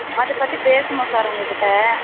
அதைப்பத்தி பேசணும் சார் உங்கள்கிட்ட